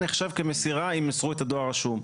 נחשב כמסירה אם מסרו את הדואר הרשום.